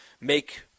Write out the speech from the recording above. make